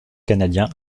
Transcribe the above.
canadien